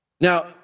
Now